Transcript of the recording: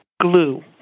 glue